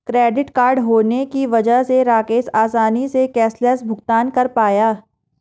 credit card होने की वजह से राकेश आसानी से कैशलैस भुगतान कर पाया